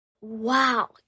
Wow